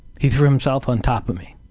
he threw himself on top of me.